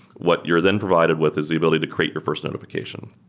what you're then provided with is the ability to create your first notification.